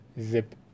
Zip